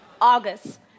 August